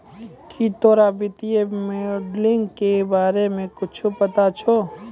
की तोरा वित्तीय मोडलिंग के बारे मे कुच्छ पता छौं